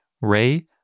Ray